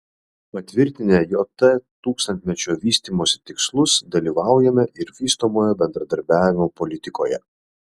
patvirtinę jt tūkstantmečio vystymosi tikslus dalyvaujame ir vystomojo bendradarbiavimo politikoje